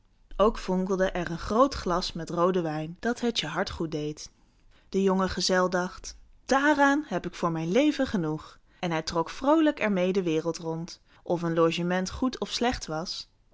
ook fonkelde er een groot glas met rooden wijn dat het je hart goed deed de jonge gezel dacht daaraan heb ik voor mijn leven genoeg en hij trok vroolijk er mee de wereld rond of een logement goed of slecht was